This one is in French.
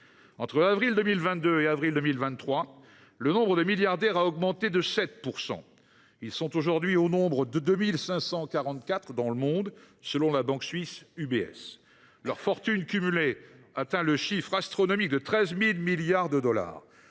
Entre avril 2022 et avril 2023, le nombre de milliardaires a augmenté de 7 %. Ils sont aujourd’hui au nombre de 2 544 dans le monde, selon la banque suisse UBS. Leur fortune cumulée atteint le chiffre astronomique de 13 000 milliards de dollars.